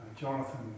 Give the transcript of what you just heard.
Jonathan